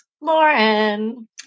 Lauren